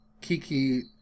Kiki